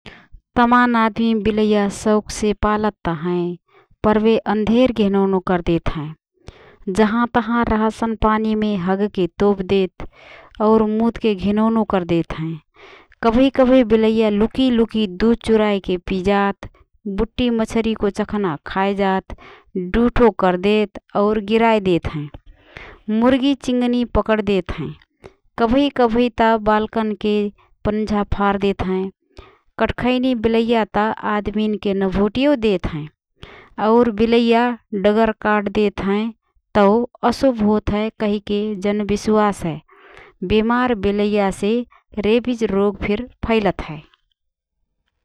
तमान आदमी बिलैया शौखसे पालत त हएँ पर बे अन्धेर घिनौनो करेदेत हएँ । जहाँ तहाँ रासन पानीमे हगके तोप देत और मुतके घिनौनो कर देतहएँ । कबही कबही बिलैया लुकी लुकी ढुध चुराएके पिइजात, बुट्टी, मछरीको चखाना खाएजात, डुठो करदेत और गिराए देतहएँ । मुर्गी चिँगनी पकड देतहएँ । कबही कबही त बालकनके पन्झा फारदेत हएँ । कट्खैनी बिलैया त आदमीके नभोटियौ देत हएँ और बिलैया डगर काटदेत हएँ तओ अशुभ होतहए कहिके जनविश्वास हए । बेमार बिलैयासे रेबिज रोग फिर फैलत हए ।